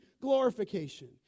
glorification